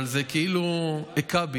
אבל זה כאילו היכה בי,